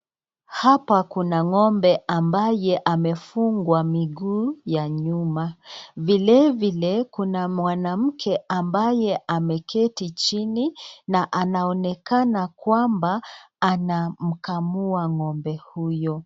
Hapa kuna ng'ombe ambaye amefugwa miguu ya nyuma, vilevile kuna mwanamke ambaye ameketi chini na anaonekana kwamba anamkamua ng'ombe huyo.